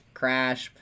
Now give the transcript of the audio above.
crash